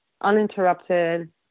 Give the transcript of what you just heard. uninterrupted